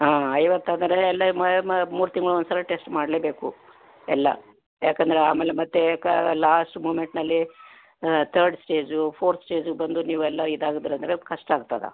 ಹಾಂ ಐವತ್ತು ಅಂದರೆ ಎಲ್ಲ ಮೂರು ತಿಂಗ್ಳು ಒಂದು ಸಲ ಟೆಸ್ಟ್ ಮಾಡಲೇಬೇಕು ಎಲ್ಲ ಯಾಕಂದ್ರೆ ಆಮೇಲೆ ಮತ್ತೆ ಹೇಳಕ್ಕಾಗಲ್ಲ ಲಾಸ್ಟ್ ಮೂಮೆಂಟಿನಲ್ಲಿ ಥರ್ಡ್ ಸ್ಟೇಜು ಫೋರ್ತ್ ಸ್ಟೇಜು ಬಂದು ನೀವೆಲ್ಲ ಇದಾಗಿದ್ರ್ ಅಂದರೆ ಕಷ್ಟ ಆಗ್ತದೆ